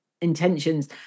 intentions